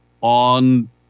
on